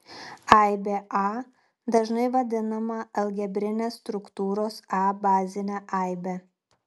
aibė a dažnai vadinama algebrinės struktūros a bazine aibe